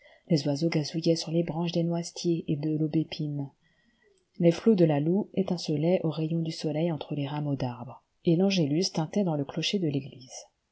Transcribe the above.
les oiseaux gazouillaient sur les branches des noisetiers et de l'aubépine les flots de la loue étincelaient aux rayons du soleil entre les rameaux d'arbres et l'angélus tintait dans le clocher de l'église